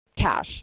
cash